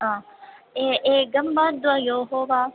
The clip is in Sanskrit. हा एकं वा द्वयोः वा